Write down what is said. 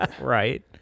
Right